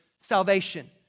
salvation